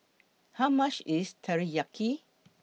How much IS Teriyaki